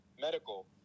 medical